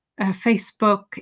Facebook